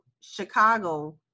Chicago